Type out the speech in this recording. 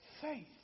faith